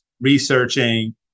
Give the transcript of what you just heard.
researching